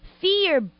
fear